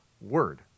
word